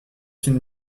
une